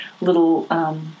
little